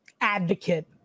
advocate